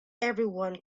everyone